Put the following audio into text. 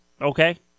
okay